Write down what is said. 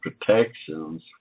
protections